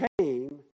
came